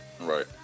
Right